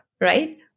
right